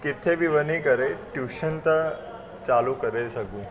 किथे बि वञी करे ट्यूशन त चालू करे सघूं